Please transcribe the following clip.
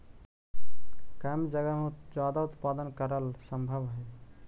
कम जगह में ज्यादा उत्पादन करल सम्भव हई